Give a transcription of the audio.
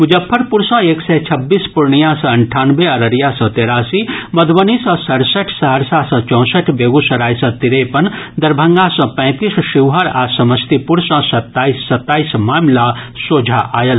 मुजफ्फरपुर सँ एक सय छब्बीस पूर्णिया सँ अंठानवे अररिया सँ तेरासी मधुबनी सँ सड़सठि सहरसा सँ चौंसठि बेगूसराय सँ तिरेपन दरभंगा सँ पैंतीस शिवहर आ समस्तीपुर सँ सत्ताईस सत्ताईस मामिला सोझा आयल